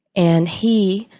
and he,